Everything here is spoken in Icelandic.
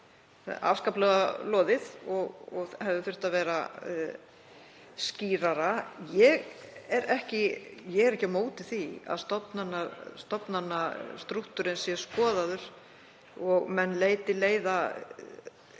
hér upp afskaplega loðið. Það hefði þurft að vera skýrara. Ég er ekki á móti því að stofnanastrúktúrinn sé skoðaður og menn leiti logandi